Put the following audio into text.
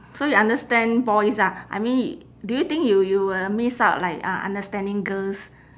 so you understand boys ah I mean do you think you you will miss out like uh understanding girls